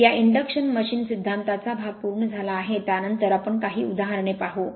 तर या induction machine सिद्धांताचा भाग पूर्ण झाला आहे त्यानंतर आपण काही उदाहरणे पाहू